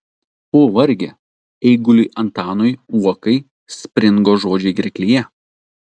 o varge eiguliui antanui uokai springo žodžiai gerklėje